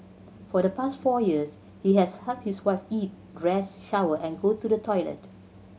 for the past four years he has helped his wife eat dress shower and go to the toilet